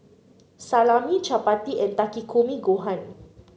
Salami Chapati and Takikomi Gohan